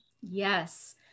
Yes